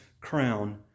crown